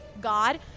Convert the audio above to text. god